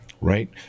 Right